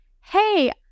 hey